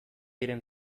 diren